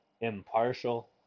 impartial